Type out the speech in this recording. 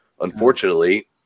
unfortunately